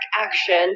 action